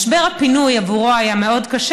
משבר הפינוי עבורו היה מאוד קשה.